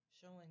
Showing